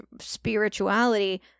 spirituality